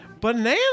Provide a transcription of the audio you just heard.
banana